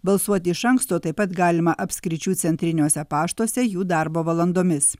balsuoti iš anksto taip pat galima apskričių centriniuose paštuose jų darbo valandomis